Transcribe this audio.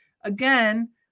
again